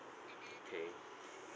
okay